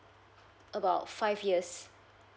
about five years